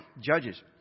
Judges